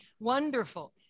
wonderful